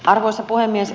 arvoisa puhemies